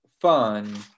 fun